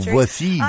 Voici